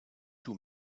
too